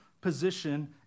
position